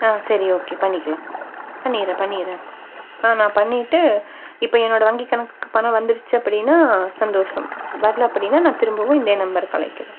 ஆ சரி ஓகே பண்ணிக்கலாம் பண்ணிடுறேன் பண்ணிடுறேன் ஆ நான் பண்ணிவிட்டு இப்போ என்னோட வங்கி கணக்குக்கு பணம் வந்துடுச்சு அப்படின்னால் சந்தோஷம் வர்லை அப்படின்னால் நான் திரும்பவும் இதே நம்பருக்கு அழைக்கிறேன்